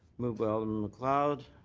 moved by alderman macleod.